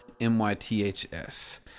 M-Y-T-H-S